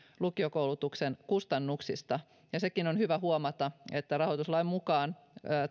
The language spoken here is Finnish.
lukiokoulutuksen kustannuksista sekin on hyvä huomata että rahoituslain mukaan